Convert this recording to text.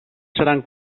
seran